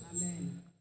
Amen